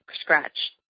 scratch